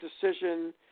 decision